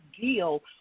deal